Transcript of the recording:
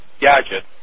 gadget